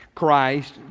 Christ